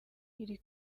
iri